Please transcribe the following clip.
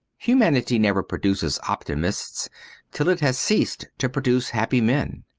humanity never produces optimists till it has ceased to produce happy men.